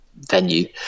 venue